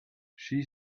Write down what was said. she